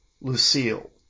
Lucille